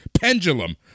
pendulum